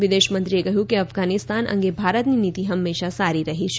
વિદેશમંત્રીએ કહ્યું કે અફઘાનિસ્તાન અંગે ભારતની નીતિ હંમેશા સારી રહી છે